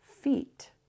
feet